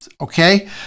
Okay